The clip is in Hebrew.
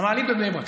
המעלית בבני ברק.